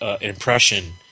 impression